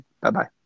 Bye-bye